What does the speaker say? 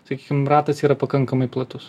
sakykim ratas yra pakankamai platus